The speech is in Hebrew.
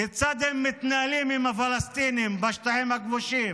כיצד הם מתנהלים עם הפלסטינים בשטחים הכבושים,